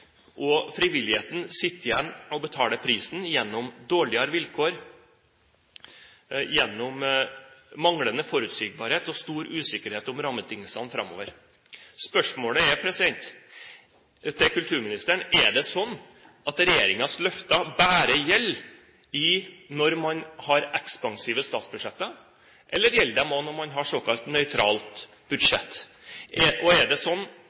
og frivilligheten sitter igjen og betaler prisen gjennom dårligere vilkår, gjennom manglende forutsigbarhet og stor usikkerhet om rammebetingelsene framover. Spørsmålet til kulturministeren er: Er det sånn at regjeringens løfter bare gjelder når man har ekspansive statsbudsjetter, eller gjelder de også når man har såkalt nøytralt budsjett? Og